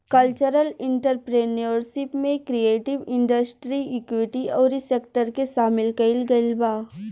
cultural entrepreneurship में creative industry activity अउरी sector के सामिल कईल गईल बा